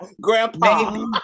grandpa